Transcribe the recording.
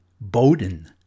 Bowden